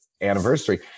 anniversary